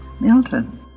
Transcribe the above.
Milton